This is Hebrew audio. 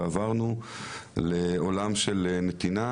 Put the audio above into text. ועברנו לעולם של נתינה.